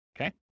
Okay